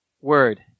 word